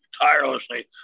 tirelessly